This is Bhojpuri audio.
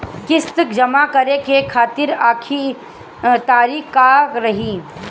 किस्त जमा करे के अंतिम तारीख का रही?